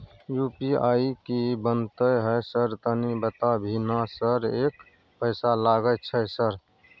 UPI की बनते है सर तनी बता भी ना सर एक पैसा लागे छै सर?